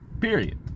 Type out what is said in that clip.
period